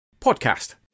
podcast